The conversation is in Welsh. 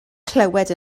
clywed